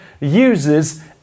uses